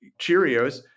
Cheerios